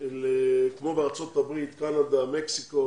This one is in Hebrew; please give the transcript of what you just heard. כמו בארצות הברית, קנדה, מקסיקו